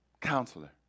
counselor